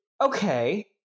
okay